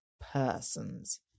persons